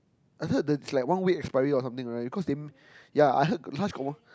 I heard the is like one week expiry or something right cause they yea I heard got yhis one got more